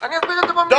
אני אסביר את זה במליאה.